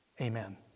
Amen